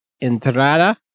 Entrada